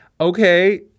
okay